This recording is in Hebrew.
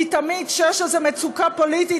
כי תמיד כשיש איזו מצוקה פוליטית,